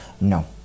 No